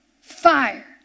Fire